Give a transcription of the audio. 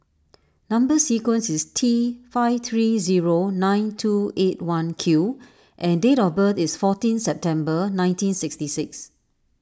Number Sequence is T five three zero nine two eight one Q and date of birth is fourteen September nineteen sixty six